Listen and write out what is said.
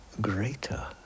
greater